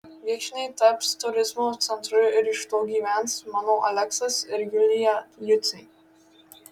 viekšniai taps turizmo centru ir iš to gyvens mano aleksas ir julija juciai